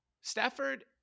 Stafford